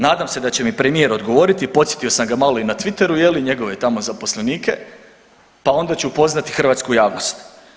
Nadam se da će mi premijer odgovoriti, podsjetio sam ga malo i na Twitteru, je li, njegove tamo zaposlenike, pa onda ću upoznati hrvatsku javnost.